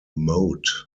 moat